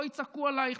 לא יצעקו עלייך,